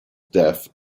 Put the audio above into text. death